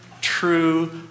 true